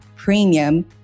premium